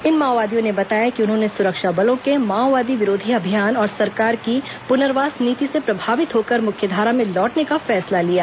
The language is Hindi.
इन माओवादियों ने बताया कि उन्होंने सुरक्षा बलों के माओवादी विरोधी अभियान और सरकार की पुनर्वास नीति से प्रभावित होकर मुख्यधारा में लौटने का फैसला लिया